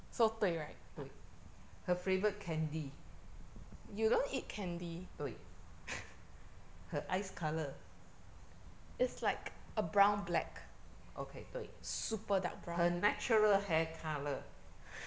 对 her favourite candy 对 her eyes colour okay 对 her natural hair colour